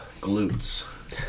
glutes